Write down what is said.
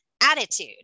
attitude